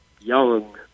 young